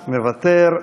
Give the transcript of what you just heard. מוותר.